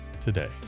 today